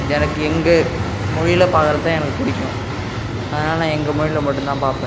எனக்கு எங்கள் மொழியில் பார்க்கறது தான் எனக்கு பிடிக்கும் அதனால் நான் எங்கள் மொழியில் மட்டுந்தான் பார்ப்பேன்